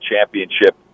Championship